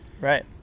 Right